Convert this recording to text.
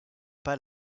pas